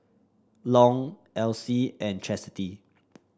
Long Alcie and Chasity